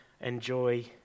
enjoy